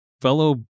fellow